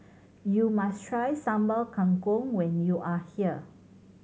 you must try Sambal Kangkong when you are here